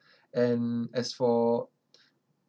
and as for